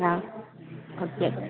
ആ ഓക്കേ